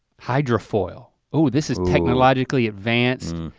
hydrofoil, ooh this is technologically advanced.